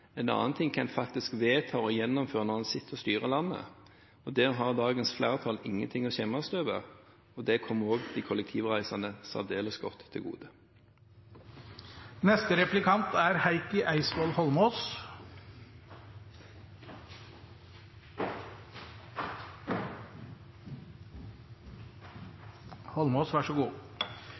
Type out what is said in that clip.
en annen ting hva en faktisk vedtar og gjennomfører når en sitter og styrer landet. Der har dagens flertall ingenting å skamme seg over. Det kommer også de kollektivreisende særdeles godt til gode. Det er